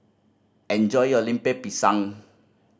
enjoy your Lemper Pisang